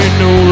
no